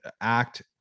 act